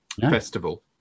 festival